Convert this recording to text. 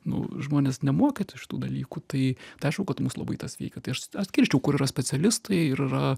nu žmonės nemokyti šitų dalykų tai tai aišku kad mus labai tas veikia tai aš skirčiau kur yra specialistai ir yra